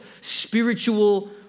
spiritual